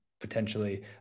potentially